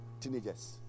teenagers